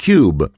Cube